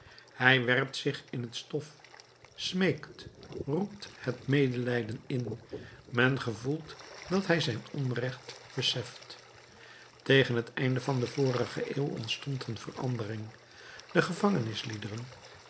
hij werpt zich in t stof smeekt roept het medelijden in men gevoelt dat hij zijn onrecht beseft tegen het einde der vorige eeuw ontstond een verandering de